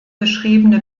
beschriebene